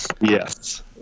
Yes